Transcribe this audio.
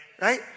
Right